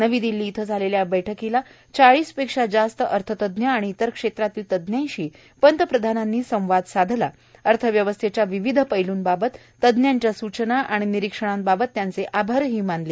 नवी दिल्ली इथं झालेल्या बैठ कीला चाळीसहन अधिक अर्थतज्ज्ञ आणि इतर क्षेत्रातल्या तज्ज्ञांशी पंतप्रधानांनी सं वाद साधला अर्थव्यवस्थेच्या विविध पैलूंबाबत तज्जांच्या सूचना आणि निरीक्षणांबाब त त्यांचं आभारही मानलं